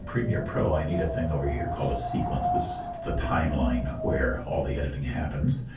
premier pro i need a thing over here called a sequence the the timeline where all the editing happens,